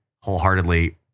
wholeheartedly